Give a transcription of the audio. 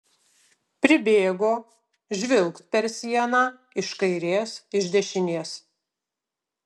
pribėgo žvilgt per sieną iš kairės iš dešinės